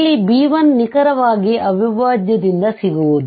ಇಲ್ಲಿ b1 ನಿಖರವಾಗಿ ಅವಿಭಾಜ್ಯದಿಂದ ಸಿಗುವುದು